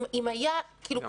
כי הם פתחו שני שליש.